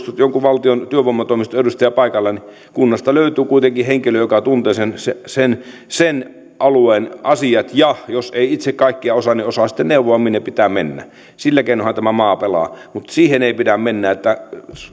jonkun valtion työvoimatoimiston edustaja paikalla niin kunnasta löytyy kuitenkin henkilö joka tuntee sen alueen asiat ja jos ei itse kaikkea osaa niin osaa sitten neuvoa minne pitää mennä sillä keinoinhan tämä maa pelaa mutta siihen ei pidä mennä että